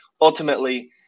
ultimately